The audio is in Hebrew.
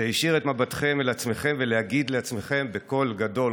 להישיר את מבטכם אל עצמכם ולהגיד לעצמכם בקול גדול,